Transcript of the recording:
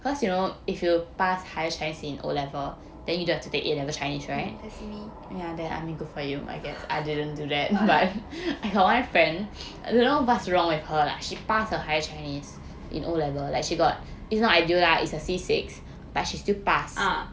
that's me ah